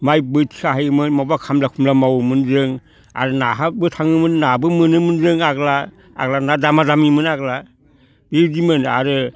माइबो थिखांहैयोमोन माबा खामला खुमला मावोमोन जों आरो नाहाबो थाङोमोन आरो नाबो मोनोमोन जों आगोलो ना दामा दामिमोन आगोला बिदिमोन आरो